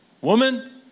Woman